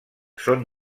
són